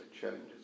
challenges